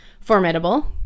formidable